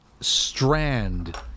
strand